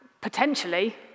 potentially